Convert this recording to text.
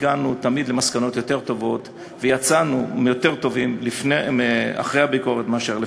הגענו למסקנות יותר טובות ויצאנו יותר טובים אחרי הביקורת מאשר לפניה.